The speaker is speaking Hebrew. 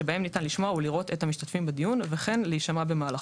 שבהם ניתן לשמוע ולראות את המשתתפים בדיון וכן להישמע במהלכו.